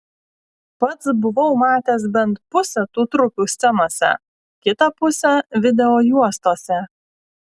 pats buvau matęs bent pusę tų trupių scenose kitą pusę videojuostose